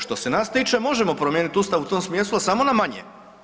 Što se nas tiče možemo promijeniti Ustav u tom smislu samo na manje.